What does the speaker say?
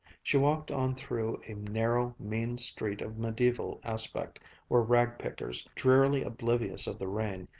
she walked on through a narrow, mean street of mediaeval aspect where rag-pickers, drearily oblivious of the rain,